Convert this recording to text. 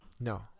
No